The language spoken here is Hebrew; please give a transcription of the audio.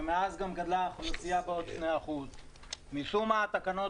ומאז גם גדלה האוכלוסייה בעוד 2%. משום מה התקנות